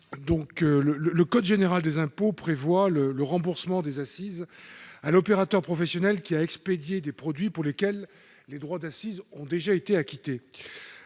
Le code général des impôts prévoit le remboursement des accises à l'opérateur professionnel qui a expédié des produits pour lesquels les droits d'accise ont déjà été acquittés.